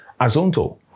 Azonto